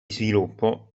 sviluppo